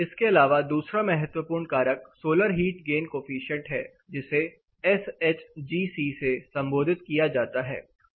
इसके अलावा दूसरा महत्वपूर्ण कारक सोलर हीट गेन कोफिशिएंट है जिसे एस एच जी सी से संबोधित किया जाता है